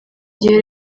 gihe